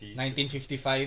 1955